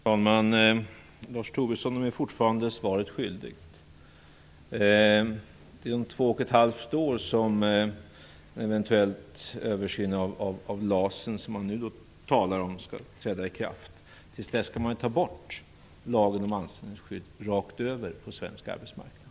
Fru talman! Lars Tobisson är mig fortfarande svaret skyldig. Det är om två och ett halvt år som en eventuell översyn av LAS:en, som man nu talar om, skall träda i kraft. Till dess skall man ju ta bort lagen om anställningsskydd rakt över på svensk arbetsmarknad.